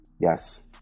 Yes